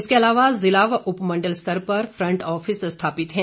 इसके अलावा जिला व उपमंडल स्तर पर फंट ऑफिस स्थापित हैं